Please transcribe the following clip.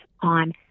on